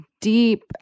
deep